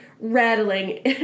Rattling